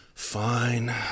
fine